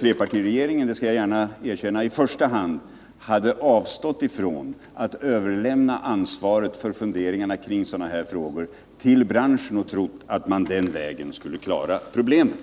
trepartiregeringen — jag skall gärna erkänna att det är den som i första hand bär skulden — hade avstått från att överlämna ansvaret för funderingar kring de här frågorna till branschen och om den inte trott att man den vägen skulle klara problemen.